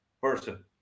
person